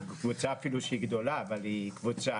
או אפילו קבוצה גדולה אבל היא קבוצה,